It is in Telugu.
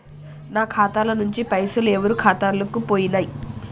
నా ఖాతా ల నుంచి పైసలు ఎవరు ఖాతాలకు పోయినయ్?